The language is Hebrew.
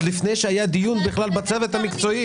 לפני שהיה דיון בכלל בצוות המקצועי.